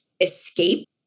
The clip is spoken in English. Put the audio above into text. escape